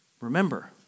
Remember